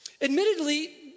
Admittedly